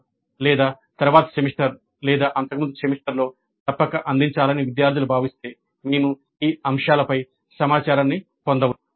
" లేదా తరువాతి సెమిస్టర్ లేదా అంతకుముందు సెమిస్టర్లో తప్పక అందించాలని విద్యార్థులు భావిస్తే మేము ఈ అంశాలపై సమాచారాన్ని పొందవచ్చు